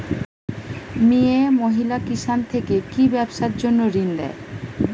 মিয়ে মহিলা কিষান থেকে কি ব্যবসার জন্য ঋন দেয়?